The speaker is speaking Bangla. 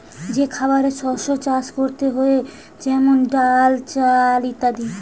যে খাবারের শস্য চাষ করতে হয়ে যেমন চাল, ডাল ইত্যাদি